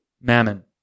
Mammon